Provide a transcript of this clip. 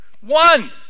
one